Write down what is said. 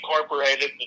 incorporated